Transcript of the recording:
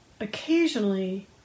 occasionally